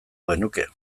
genuke